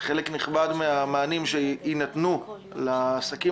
חלק נכבד מן המענים שיינתנו לעסקים